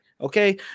Okay